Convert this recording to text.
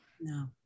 no